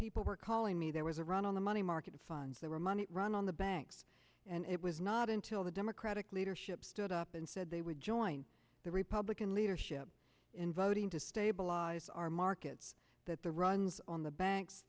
people were calling me there was a run on the money market funds that were money run on the banks and it was not until the democratic leadership stood up and said they would join the republican leadership in voting to stabilize our markets that the runs on the banks